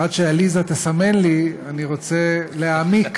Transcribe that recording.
עד שעליזה תסמן לי, אני רוצה להעמיק